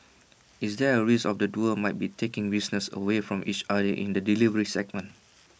is there A risk of the duo might be taking business away from each other in the delivery segment